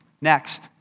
Next